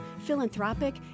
philanthropic